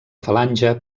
falange